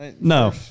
No